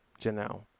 Janelle